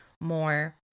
more